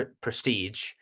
prestige